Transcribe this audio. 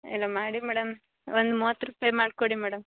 ಇಲ್ಲ ಮಾಡಿ ಮೇಡಮ್ ಒಂದು ಮೂವತ್ತು ರೂಪಾಯಿ ಮಾಡಿಕೊಡಿ ಮೇಡಮ್